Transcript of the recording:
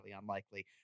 unlikely